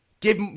Give